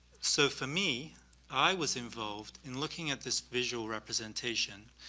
so for me i was involved in looking at this visual representation